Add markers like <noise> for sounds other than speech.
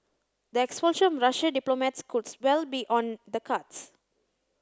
the expulsion of Russian diplomats could <unintelligible> well be on the cards